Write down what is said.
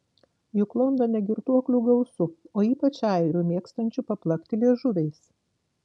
juk londone girtuoklių gausu o ypač airių mėgstančių paplakti liežuviais